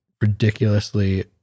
ridiculously